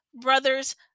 brothers